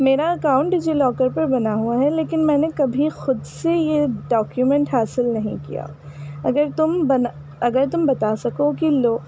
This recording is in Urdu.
میرا اکاؤنٹ ڈیجی لاکر پر بنا ہوا ہے لیکن میں نے کبھی خود سے یہ ڈاکیومینٹ حاصل نہیں کیا اگر تم بنا اگر تم بتا سکو کہ لو